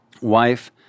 wife